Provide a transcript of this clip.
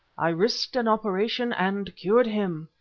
i risked an operation and cured him.